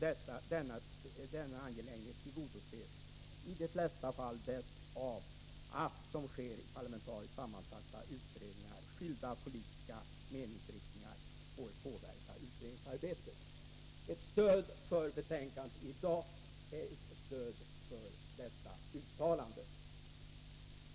Denna tillgodoses enligt utskottets mening i de flesta fall bäst av att — som sker i parlamentariskt sammansatta utredningar — skilda politiska meningsriktningar får påverka utredningsarbetet.” Ett stöd för betänkandet i dag är ett stöd för dessa uttalanden.